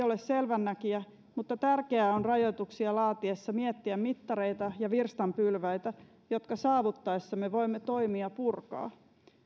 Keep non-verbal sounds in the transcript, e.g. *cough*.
*unintelligible* ole selvänäkijä mutta tärkeää on rajoituksia laatiessa miettiä mittareita ja virstanpylväitä jotka saavutettaessa me voimme toimia purkaa